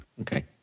okay